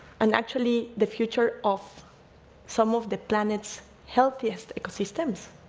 and actually, the future of some of the planet's healthiest ecosystems